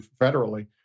federally